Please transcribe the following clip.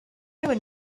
one